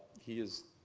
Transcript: he is,